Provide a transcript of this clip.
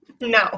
No